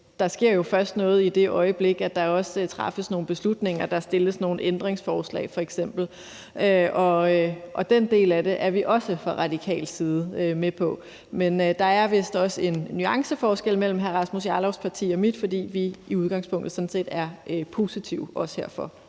der sker først noget i det øjeblik, hvor der også træffes nogle beslutninger, f.eks. stilles nogle ændringsforslag. Den del af det er vi også fra radikal side med på. Men der er vist også en nuanceforskel mellem hr. Rasmus Jarlovs parti og mit, fordi vi i udgangspunktet sådan set er positive også for